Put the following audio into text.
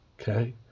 Okay